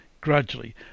gradually